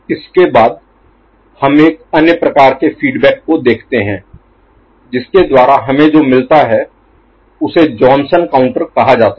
इसके बाद हम एक अन्य प्रकार के फीडबैक को देखते हैं जिसके द्वारा हमें जो मिलता है उसे जॉनसन काउंटर कहा जाता है